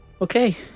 okay